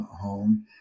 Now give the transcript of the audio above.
home